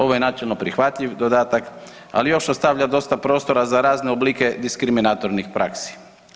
Ovo je načelno prihvatljiv dodatak, ali još ostavlja dosta prostora za razne oblike diskriminatornih praksi.